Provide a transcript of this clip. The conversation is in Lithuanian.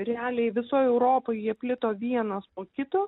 realiai visoj europoj jie plito vienas po kito